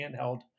handheld